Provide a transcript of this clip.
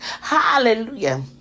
Hallelujah